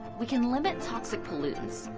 we can limit toxic pollutes,